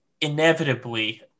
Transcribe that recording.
inevitably